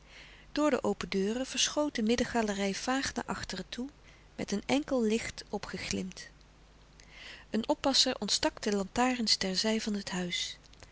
door de open deuren verschoot de middengalerij vaag naar achteren toe met een enkel licht opgeglimd een oppasser ontstak de lantarens ter zij van het huis